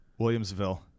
Williamsville